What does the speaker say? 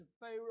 Pharaoh